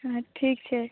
ठीक छै